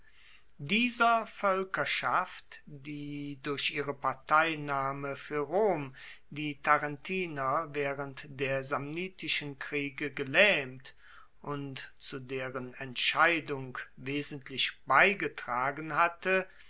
dieser voelkerschaft die durch ihre parteinahme fuer rom die tarentiner waehrend der samnitischen kriege gelaehmt und zu deren entscheidung wesentlich beigetragen hatte